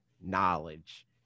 knowledge